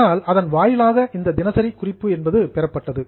ஆனால் அதன் வாயிலாக இந்த தினசரி குறிப்பு என்பது பெறப்பட்டது